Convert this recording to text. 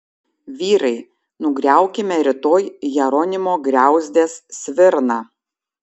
vyrai nugriaukime rytoj jeronimo griauzdės svirną